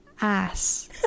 ass